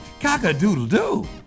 cock-a-doodle-doo